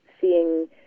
seeing